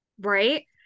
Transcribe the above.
Right